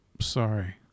sorry